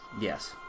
Yes